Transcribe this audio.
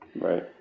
right